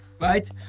right